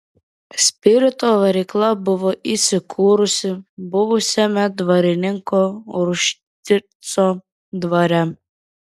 spirito varykla buvo įsikūrusi buvusiame dvarininko ruščico dvare